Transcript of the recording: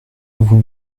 vous